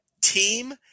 team